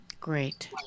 great